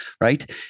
right